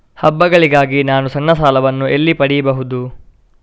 ಹಬ್ಬಗಳಿಗಾಗಿ ನಾನು ಸಣ್ಣ ಸಾಲಗಳನ್ನು ಎಲ್ಲಿ ಪಡಿಬಹುದು?